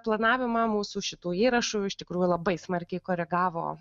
planavimą mūsų šitų įrašų iš tikrųjų labai smarkiai koregavo